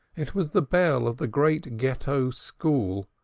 it was the bell of the great ghetto school,